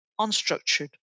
unstructured